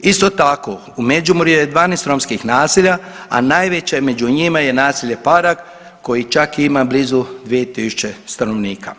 isto tako u Međimurju je 12 romskih naselja, a najveće među njima je naselje Parag koji čak ima blizu 2.000 stanovnika.